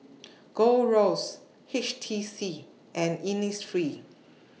Gold Roast H T C and Innisfree